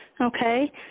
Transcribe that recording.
okay